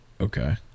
Okay